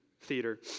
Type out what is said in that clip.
theater